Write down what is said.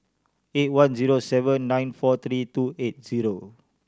eight one zero seven nine four three two eight zero